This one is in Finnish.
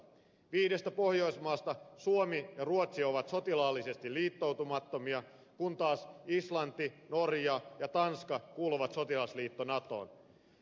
viidestä pohjoismaasta suomi ja ruotsi ovat sotilaallisesti liittoutumattomia kun taas islanti norja ja tanska kuuluvat sotilasliitto natoon